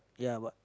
ya but